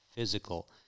Physical